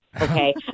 okay